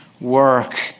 work